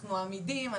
אנחנו עמידים.